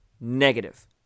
negative